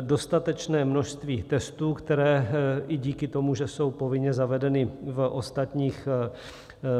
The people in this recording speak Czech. Dostatečné množství testů, které i díky tomu, že jsou povinně zavedeny v ostatních